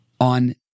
on